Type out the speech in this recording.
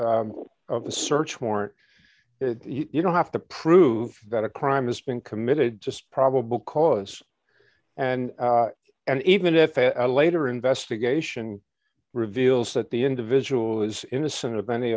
of the search warrant you don't have to prove that a crime has been committed just probable cause and and even if i later investigation reveals that the individual is innocent of any